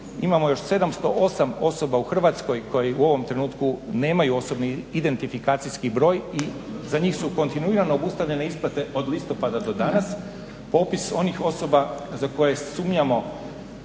imamo još 708 osoba u Hrvatskoj koje u ovom trenutku nemaju OIB i za njih su kontinuirano obustavljene isplate od listopada do danas. Popis onih osoba za koje sumnjamo